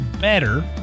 better